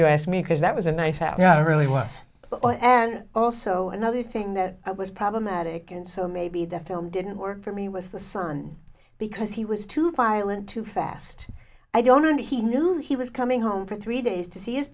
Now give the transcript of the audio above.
you ask me because that was a nice hat not really what but and also another thing that i was problematic and so maybe the film didn't work for me was the son because he was too violent too fast i don't and he knew he was coming home for three days to see his